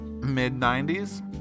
mid-90s